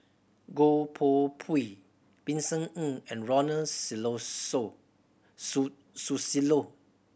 Goh Koh Pui Vincent Ng and Ronald So Susilo